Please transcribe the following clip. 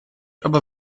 aber